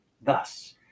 Thus